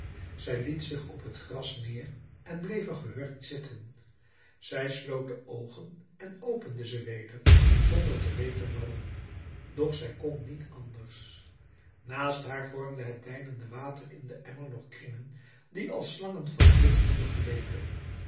zij liet zich op het gras neer en bleef er gehurkt zitten zij sloot de oogen en opende ze weder zonder te weten waarom doch zij kon niet anders naast haar vormde het deinende water in den emmer nog kringen die als slangen van wit vuur geleken